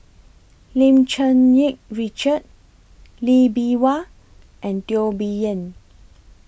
Lim Cherng Yih Richard Lee Bee Wah and Teo Bee Yen